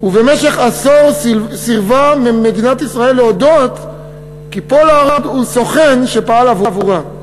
ובמשך עשור סירבה מדינת ישראל להודות כי פולארד הוא סוכן שפעל עבורה.